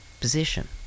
position